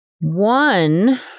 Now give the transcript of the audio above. One